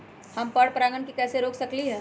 हम पर परागण के कैसे रोक सकली ह?